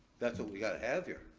that's what we gotta have here.